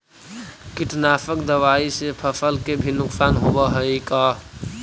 कीटनाशक दबाइ से फसल के भी नुकसान होब हई का?